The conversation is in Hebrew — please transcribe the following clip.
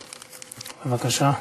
בבקשה.